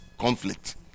conflict